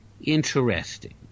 Interesting